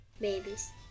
Babies